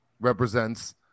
represents